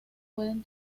pueden